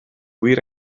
wir